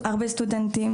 הרבה סטודנטים,